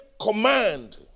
command